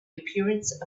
appearance